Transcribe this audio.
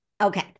Okay